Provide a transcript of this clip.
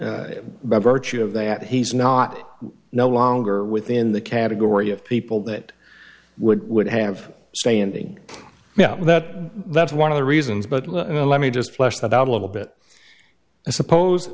by virtue of that he's not no longer within the category of people that would would have saying that that's one of the reasons but let me just flesh that out a little bit i suppose